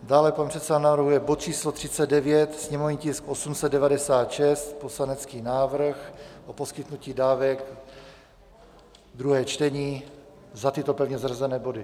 Dále pan předseda navrhuje bod číslo 39, sněmovní tisk 896, poslanecký návrh o poskytnutí dávek, druhé čtení, za tyto pevně zařazené body.